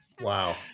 Wow